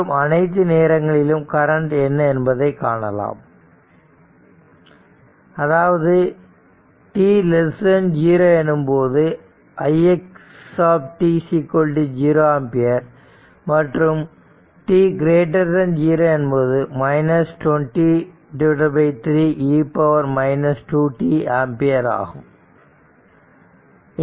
மற்றும் அனைத்து நேரங்களிலும் கரண்ட் என்ன என்பதை காணலாம் அதாவது t 0 எனும்போது ix t 0 ஆம்பியர் மற்றும் t 0 எனும்போது 20 3 e 2t ஆம்பியர் ஆகும்